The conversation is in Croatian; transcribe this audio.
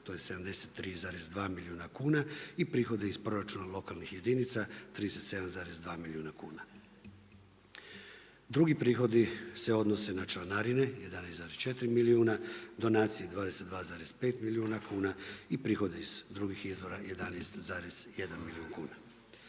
to je 73,2 milijuna kuna i prihode iz proračuna lokalnih jedinica 37,2 milijuna kuna. Drugi prihodi se odnose na članarine 11,4 milijuna, donacije 22,5 milijuna kuna i prihode iz drugih izvora 11,1 milijun kuna.